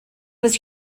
was